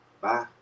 bye